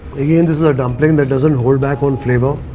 again this is a dumpling that doesn't hold back on flavour.